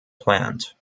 plant